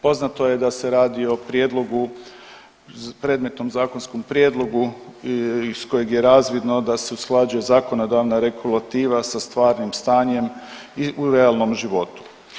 Poznato je da se radi o prijedlogu o predmetnom zakonskom prijedlogu iz kojeg je razvidno da se usklađuje zakonodavna regulativa sa stvarnim stanjem i u realnom životu.